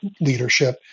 leadership